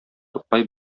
тукай